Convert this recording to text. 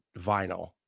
vinyl